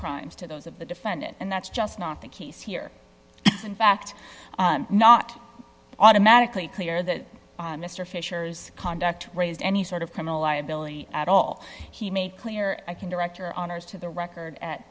crimes to those of the defendant and that's just not the case here in fact not automatically clear that mr fisher's conduct raised any sort of criminal liability at all he made clear i can director honors to the record at